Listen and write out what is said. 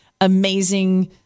amazing